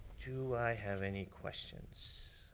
do i have any questions?